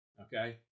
Okay